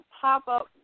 pop-up